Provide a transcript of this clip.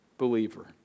believer